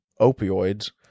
opioids